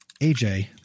AJ